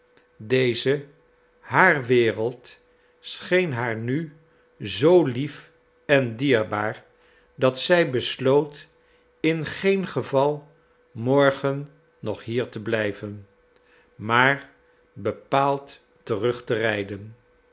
deze haar wereld scheen haar nu zoo lief en dierbaar dat zij besloot in geen geval morgen nog hier te blijven maar bepaald terug te rijden